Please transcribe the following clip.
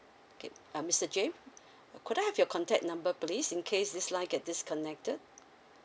okay mister james could I have your contact number please in case this line get disconnected